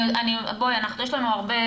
יש לנו הרבה